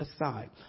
aside